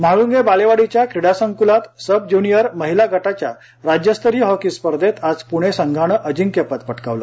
म्हाळूंगे बालेवाडीच्या क्रीडा संकुलात सबज्युनियर महिला गटाच्या राज्यस्तरीय हॉकी स्पर्धेत आज पुणे संघानं अजिंक्यपद पटकावलं